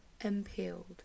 impaled